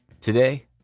Today